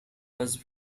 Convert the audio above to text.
was